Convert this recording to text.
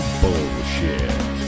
bullshit